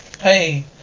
Hey